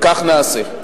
וכך נעשה.